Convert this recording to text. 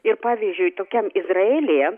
ir pavyzdžiui tokiam izraelyje